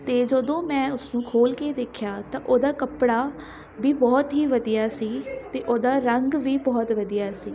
ਅਤੇ ਜਦੋਂ ਮੈਂ ਉਸਨੂੰ ਖੋਲ੍ਹ ਕੇ ਦੇਖਿਆ ਤਾਂ ਉਹਦਾ ਕੱਪੜਾ ਵੀ ਬਹੁਤ ਹੀ ਵਧੀਆ ਸੀ ਅਤੇ ਉਹਦਾ ਰੰਗ ਵੀ ਬਹੁਤ ਵਧੀਆ ਸੀ